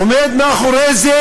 עומדת מאחורי זה